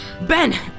Ben